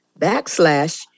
backslash